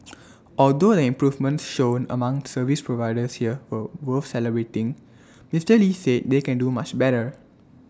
although the improvements shown among service providers here were worth celebrating Mister lee said they can do much better